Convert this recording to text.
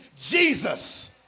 Jesus